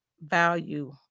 value